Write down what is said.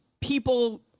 people